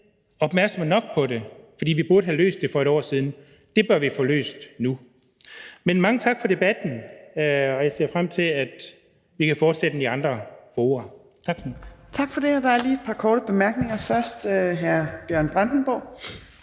var opmærksom nok på det, for vi burde have løst det for et år siden, men så bør vi få det løst nu. Men mange tak for debatten, og jeg ser frem til, at vi kan fortsætte den i andre fora. Tak. Kl. 12:58 Fjerde næstformand (Trine Torp): Tak for det.